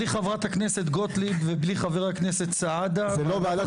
בלי חברת הכנסת גוטליב ובלי חבר הכנסת סעדה זה לא ועדת